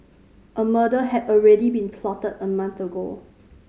a murder had already been plotted a month ago